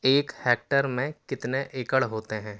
ایک ہیکٹر میں کتنے ایکڑ ہوتے ہیں